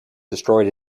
destroyed